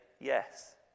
yes